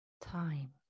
time